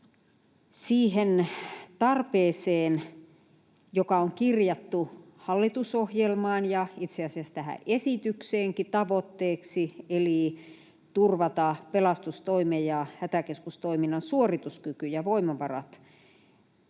siihen tarpeeseen, joka on kirjattu hallitusohjelmaan ja itse asiassa tähän esitykseenkin tavoitteeksi, eli turvata pelastustoimen ja hätäkeskustoiminnan suorituskyky ja voimavarat